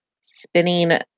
spinning